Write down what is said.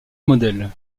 modèle